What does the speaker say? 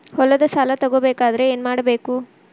ಹೊಲದ ಸಾಲ ತಗೋಬೇಕಾದ್ರೆ ಏನ್ಮಾಡಬೇಕು?